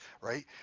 right